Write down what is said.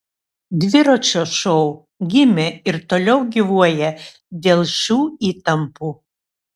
dviračio šou gimė ir toliau gyvuoja dėl šių įtampų